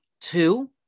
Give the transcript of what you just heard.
Two